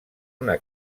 una